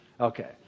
Okay